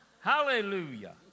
Hallelujah